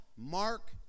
Mark